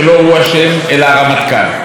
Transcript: שלא הוא אשם אלא הרמטכ"ל.